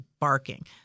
barking